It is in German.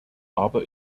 aber